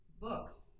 books